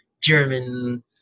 german